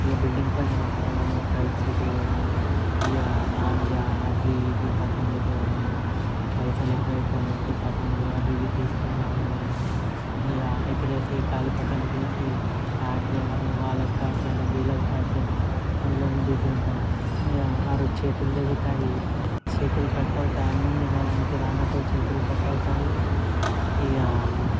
ఇక బిల్డింగ్ పైన రావడం కైట్స్ ఎగరేయడము ఇంకా మాంజా అవి ఇవి పతంగులు తేవడము పైసలు ఎక్కువ పెట్టి పతంగులు అవి ఇవి తీసుకొని రావడము ఇక ఎగరేసి గాలిపటాలు ఎగరేసి కాట్ చేయడము వాళ్ళది కాట్ చేయడం వీళ్లది కట్ చేయడము దాంట్లోనే బిజీగా ఉంటాం ఇక ఆరోజు చేతులు తెగుతాయి చేతులు కట్ అవుతాయి అన్నం తినడానికి రానట్టుగా చేతులు కట్ అవుతాయి ఇక